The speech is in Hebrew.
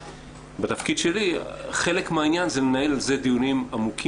שבתפקיד שלי חלק מהעניין זה לנהל על זה דיונים עמוקים,